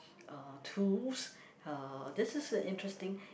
uh tools uh this is a interesting